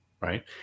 right